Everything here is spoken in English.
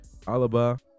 Alaba